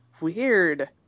Weird